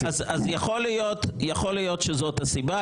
אז יכול להיות שזאת הסיבה.